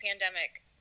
pandemic